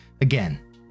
again